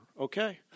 okay